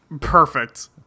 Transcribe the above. Perfect